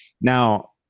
Now